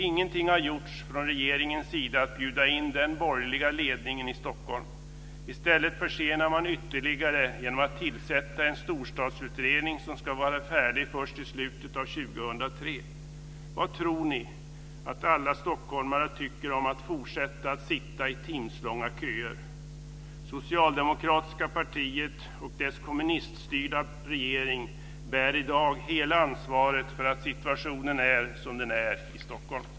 Ingenting har gjorts från regeringens sida för att bjuda in den borgerliga ledningen i Stockholm. I stället försenar man ytterligare genom att tillsätta en storstadsutredning som ska vara färdig först i slutet av 2003. Vad tror ni att alla stockholmare tycker om att fortsätta att sitta i timslånga köer? Socialdemokratiska partiet och dess kommuniststyrda regering bär i dag hela ansvaret för att situationen är som den är i Stockholm.